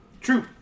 True